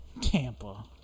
Tampa